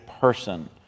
person